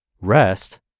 rest